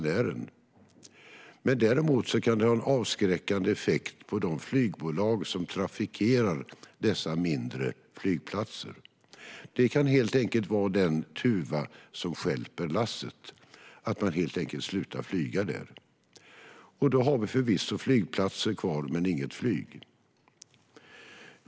Däremot kan det ha en avskräckande effekt på de flygbolag som trafikerar dessa mindre flygplatser. Det kan helt enkelt vara den tuva som stjälper lasset. De slutar helt enkelt att flyga dit. Och då har vi förvisso flygplatser kvar men inget flyg.